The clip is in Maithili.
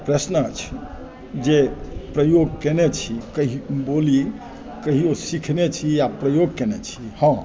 प्रश्न अछि जे प्रयोग कयने छी बोली कहियो सिखने छी या प्रयोग कयने छी हँ